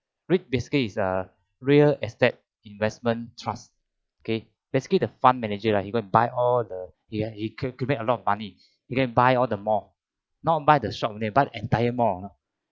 REITS basically is a real estate investment trust okay basically the fund manager right they go and buy all the he he accumulate a lot of money he can buy all the mall not buy the shop only buy the entire mall you know